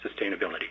sustainability